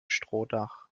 strohdach